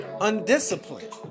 Undisciplined